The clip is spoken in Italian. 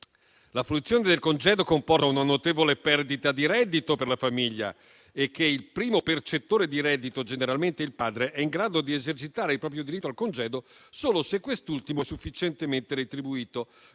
La fruizione del congedo comporta una notevole perdita di reddito per la famiglia e il primo percettore di reddito, generalmente il padre, è in grado di esercitare il proprio diritto al congedo solo se quest'ultimo è sufficientemente retribuito,